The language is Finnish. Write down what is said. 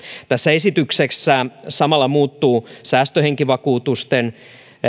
tässä esityksessä samalla muuttuu säästöhenkivakuutusten